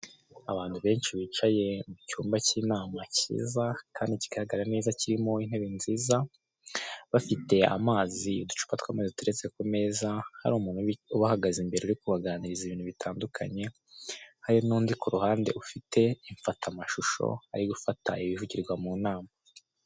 Abantu benshi bicaye mu cyumba cy'inama cyiza kandi kigaragara neza kirimo intebe nziza, bafite amazi uducupa tw'amazi duteretse ku meza, hari umuntu ubahagaze imbere uri kubaganiriza ibintu bitandukanye, hari n'undi uri kuruhande ufite imfatamashusho ari gufata ibivugirwa mu nama.